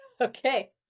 okay